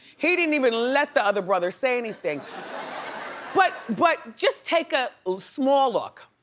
he didn't even let the other brother say anything but but just take a small look.